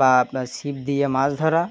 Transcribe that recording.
বা শিপ দিয়ে মাছ ধরা